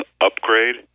upgrade